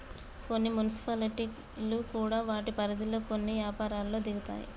కొన్ని మున్సిపాలిటీలు కూడా వాటి పరిధిలో కొన్ని యపారాల్లో దిగుతాయి